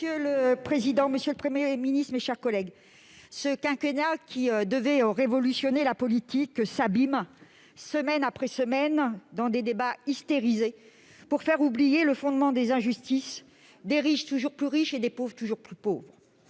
Monsieur le président, mesdames, messieurs les ministres, mes chers collègues, ce quinquennat, qui devait révolutionner la politique, s'abîme, semaine après semaine, dans des débats hystérisés pour faire oublier le fondement des injustices : des riches toujours plus riches et des pauvres toujours plus pauvres.